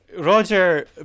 Roger